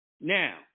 Now